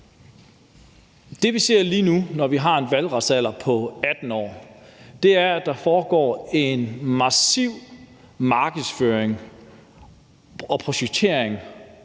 det, vi ser lige nu, når vi har en valgretsalder på 18 år, er, at der foregår en massiv markedsføring og projektering